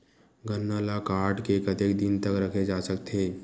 गन्ना ल काट के कतेक दिन तक रखे जा सकथे?